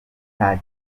nta